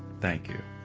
thank you.